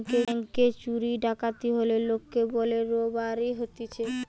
ব্যাংকে চুরি ডাকাতি হলে লোকে বলে রোবারি হতিছে